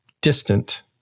distant